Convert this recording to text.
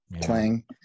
playing